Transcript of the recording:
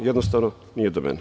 Jednostavno, nije do mene.